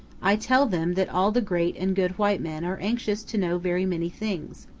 i tell them that all the great and good white men are anxious to know very many things,